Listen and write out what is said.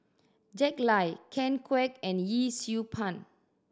Jack Lai Ken Kwek and Yee Siew Pun